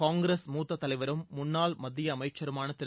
காங்கிரஸ் மூத்த தலைவரும் முன்னாள் மத்திய அமைச்சருமான திரு